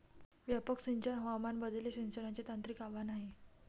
व्यापक सिंचन हवामान बदल हे सिंचनाचे तांत्रिक आव्हान आहे